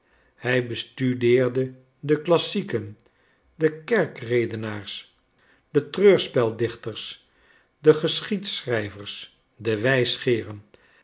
hij bestudeerde de klassieken de kerkredenaars de treurspeldichters de geschiedschrijvers de